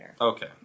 Okay